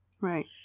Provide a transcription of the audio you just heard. Right